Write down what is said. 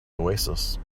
oasis